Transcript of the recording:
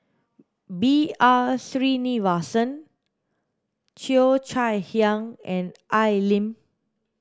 B R Sreenivasan Cheo Chai Hiang and Al Lim